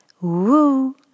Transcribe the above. woo